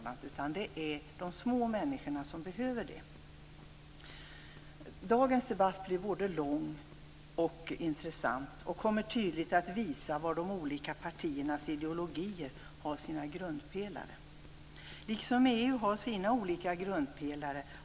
Det är alltså de små människorna som behöver mera pengar. Dagens debatt blir både lång och intressant. Den kommer tydligt att visa var de olika partiernas ideologier har sina grundpelare. Liksom EU har också Miljöpartiet sina grundpelare.